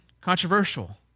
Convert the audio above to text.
controversial